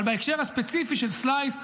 אבל בהקשר הספציפי של סלייס,